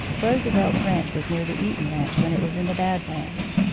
roosevelt's ranch was near the eaton ranch when it was in the bad lands.